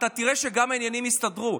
אתה תראה שגם העניינים יסתדרו.